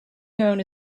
known